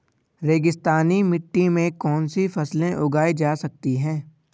रेगिस्तानी मिट्टी में कौनसी फसलें उगाई जा सकती हैं?